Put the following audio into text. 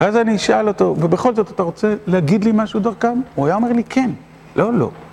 אז אני אשאל אותו, ובכל זאת אתה רוצה להגיד לי משהו דרכם? הוא היה אומר לי "כן". לא "לא".